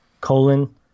colon